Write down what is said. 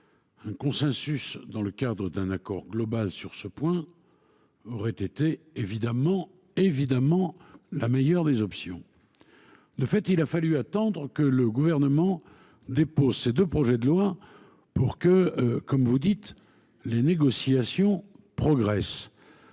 d’un consensus dans le cadre d’un accord global sur ce point aurait été évidemment la meilleure des options. De fait, il a fallu attendre que le Gouvernement dépose ces deux projets de loi pour que les négociations progressent.